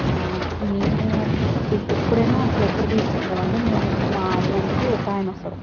మేము ఎప్పుడైనా అసలు ఎక్కడ తీసుకున్నాము అంటే మేము మా ఊరికి ఒకాయన వస్తాడు